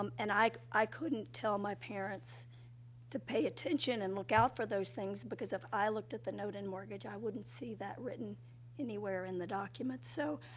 um and i i couldn't tell my parents to pay attention and look out for those things, because if i looked at the note and mortgage, i wouldn't see that written anywhere in the document. so,